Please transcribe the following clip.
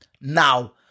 now